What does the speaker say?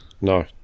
No